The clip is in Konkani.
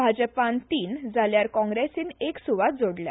भाजपान तीन जाल्यार काँग्रेसीन एक सुवात जोडल्या